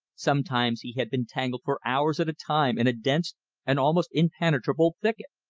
sometimes he had been tangled for hours at a time in a dense and almost impenetrable thicket.